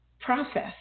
process